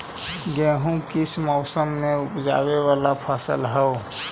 गेहूं किस मौसम में ऊपजावे वाला फसल हउ?